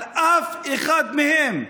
על אף אחד מהם.